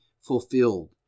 fulfilled